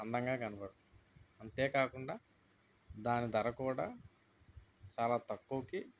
అందంగా కనబడుతుంది అంతేకాకుండా దాని ధర కూడా చాలా తక్కువకి